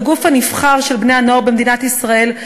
כגוף הנבחר של בני-הנוער במדינת ישראל,